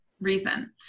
reason